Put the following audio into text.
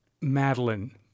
Madeline